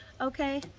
Okay